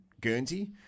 Guernsey